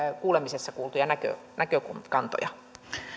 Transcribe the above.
kuulemisessa kuulemia näkökantoja